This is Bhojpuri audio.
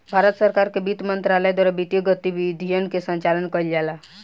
भारत सरकार के बित्त मंत्रालय द्वारा वित्तीय गतिविधियन के संचालन कईल जाला